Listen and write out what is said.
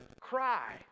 cry